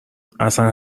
اصلن